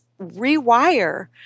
rewire